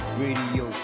radio